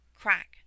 crack